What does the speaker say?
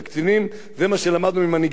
זה מה שלמדנו ממנהיגינו בעבר.